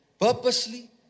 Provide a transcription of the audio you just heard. purposely